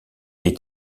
est